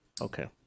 Okay